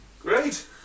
Great